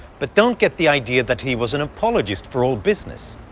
but don't get the idea that he was an apologist for all business.